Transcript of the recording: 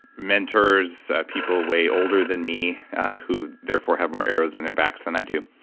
mentors, people way older than me who, therefore, have more arrows in their backs than i do.